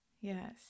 yes